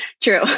True